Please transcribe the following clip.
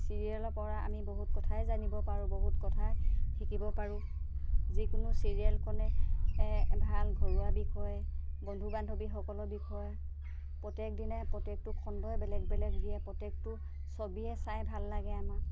চিৰিয়েলৰপৰা আমি বহুত কথাই জানিব পাৰোঁ বহুত কথাই শিকিব পাৰোঁ যিকোনো চিৰিয়েলখনে ভাল ঘৰুৱা বিষয় বন্ধু বান্ধৱীসকলৰ বিষয় প্ৰত্যেক দিনেই প্ৰত্যেকটো খণ্ডই বেলেগ বেলেগ দিয়ে প্ৰত্যেকটো ছবিয়ে চাই ভাল লাগে আমাৰ